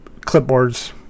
clipboards